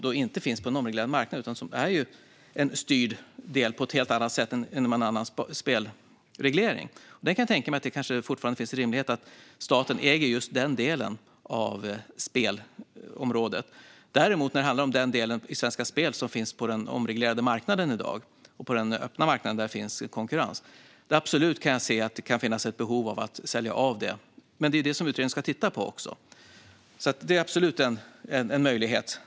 Den finns inte på den omreglerade marknaden utan är en del som styrs på ett helt annat sätt när det gäller spelreglering. Jag kan tänka mig att det fortfarande är rimligt att staten äger just den delen av spelområdet. När det däremot handlar om den del av Svenska Spel som i dag finns på den omreglerade marknaden, på den öppna marknaden där det finns konkurrens, kan jag absolut se att det kan finnas ett behov att sälja av den. Det är också det som utredningen ska titta på, så det är absolut en möjlighet.